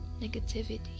negativity